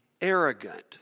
arrogant